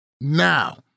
Now